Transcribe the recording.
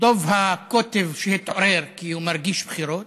דוב הקוטב שהתעורר כי הוא מרגיש בחירות,